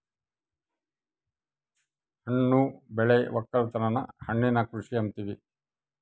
ಹಣ್ಣು ಬೆಳೆ ವಕ್ಕಲುತನನ ಹಣ್ಣಿನ ಕೃಷಿ ಅಂತಿವಿ